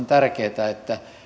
tärkeätä koska